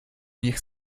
niech